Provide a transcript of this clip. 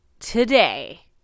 Today